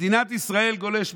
מדינת ישראל, גולש מודיע,